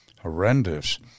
horrendous